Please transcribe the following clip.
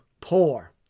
poor